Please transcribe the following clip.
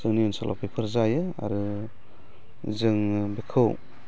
जोंनि ओनसोलाव बेफोर जायो आरो जोङो बेखौ